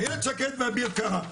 איילת שקד ואביר קארה.